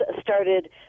started